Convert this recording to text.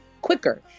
quicker